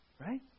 Right